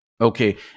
Okay